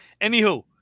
Anywho